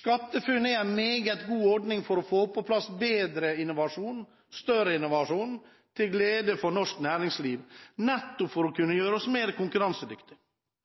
SkatteFUNN er en meget god ordning for å få på plass bedre og større innovasjon til glede for norsk næringsliv for å kunne gjøre oss mer konkurransedyktig.